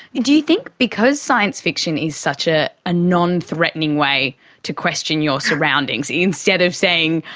do you think because science fiction is such a ah nonthreatening way to question your surroundings, instead of saying,